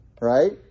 right